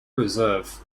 reserve